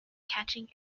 catching